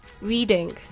reading